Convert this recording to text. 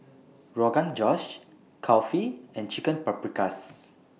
Rogan Josh Kulfi and Chicken Paprikas